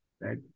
right